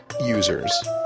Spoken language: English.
users